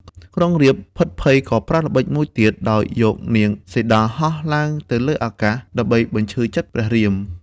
ក្រុងរាពណ៍ភ័យភិតក៏ប្រើល្បិចមួយទៀត ដោយយកនាងសីតាហោះឡើងទៅលើអាកាស ដើម្បីបញ្ឈឺចិត្តព្រះរាម។